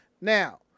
now